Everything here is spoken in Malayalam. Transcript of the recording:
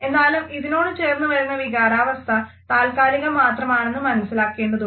എന്നാലും ഇതിനോട് ചേർന്നുവരുന്ന വികാരാവസ്ഥ താൽക്കാലികം മാത്രമാണെന്നും മനസിലാക്കേണ്ടതുണ്ട്